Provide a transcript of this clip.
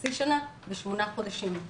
חצי שנה ושמונה חודשים.